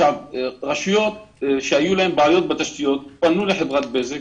רשויות שהיו להן בעיות בתשתיות, פנו לחברת בזק